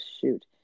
shoot